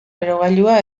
berogailua